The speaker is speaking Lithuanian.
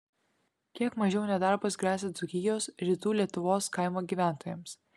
kiek mažiau nedarbas gresia dzūkijos rytų lietuvos kaimo gyventojams